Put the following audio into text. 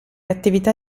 attività